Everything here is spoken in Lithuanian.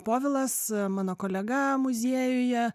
povilas mano kolega muziejuje